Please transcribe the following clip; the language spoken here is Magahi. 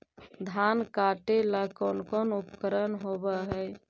धान काटेला कौन कौन उपकरण होव हइ?